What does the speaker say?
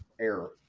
error